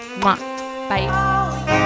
bye